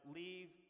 leave